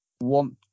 want